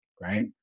Right